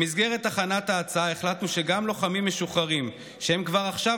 במסגרת הכנת ההצעה החלטנו שגם לוחמים משוחררים שהם כבר עכשיו